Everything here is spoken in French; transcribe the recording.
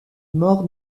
mort